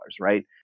right